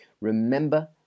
Remember